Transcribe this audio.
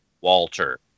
Walter